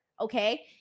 okay